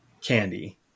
candy